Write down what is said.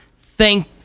thank